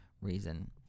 reason